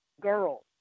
girls